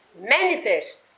Manifest